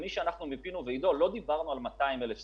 עידו, לא דיברנו על 200,000 סטודנטים.